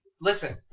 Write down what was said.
Listen